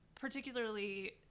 particularly